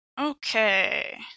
Okay